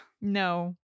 no